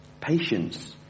Patience